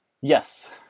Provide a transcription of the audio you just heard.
yes